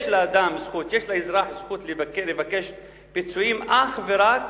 יש לאדם, לאזרח, זכות לבקש פיצויים אך ורק